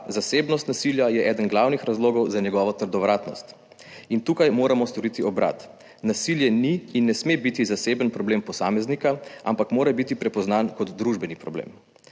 zasebnost nasilja je eden glavnih razlogov za njegovo trdovratnost. Tukaj moramo storiti obrat. Nasilje ni in ne sme biti zaseben problem posameznika, ampak mora biti prepoznano kot družbeni problem.